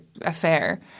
affair